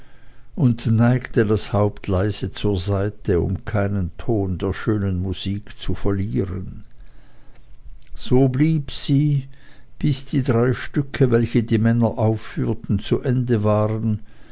und neigte das haupt leise zur seite um keinen ton der schönen musik zu verlieren so blieb sie bis die drei stücke welche die männer aufführten zu ende waren